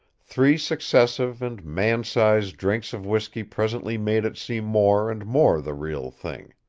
three successive and man-size drinks of whisky presently made it seem more and more the real thing.